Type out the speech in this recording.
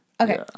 Okay